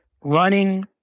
running